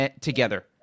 together